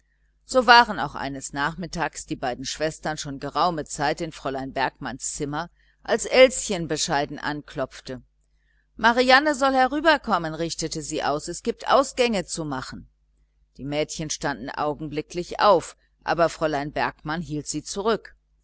so waren auch eines nachmittags die beiden schwestern schon geraume zeit in fräulein bergmanns zimmer als elschen bescheiden anklopfte marianne soll herüber kommen richtete sie aus es gibt ausgänge zu machen die mädchen standen augenblicklich auf aber fräulein bergmann hielt sie zurück